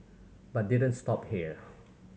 but didn't stop here